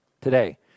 Today